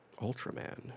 Ultraman